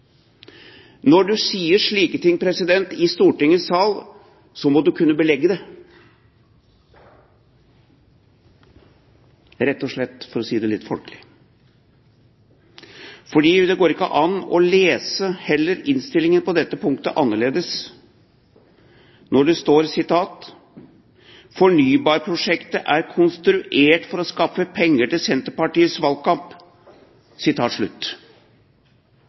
Når man sier slikt i Stortingets sal, må man kunne belegge det, rett og slett – for å si det litt folkelig. Det går heller ikke an å lese innstillingen på dette punktet annerledes, når det står at fornybarprosjektet er konstruert for å skaffe penger til Senterpartiets valgkamp.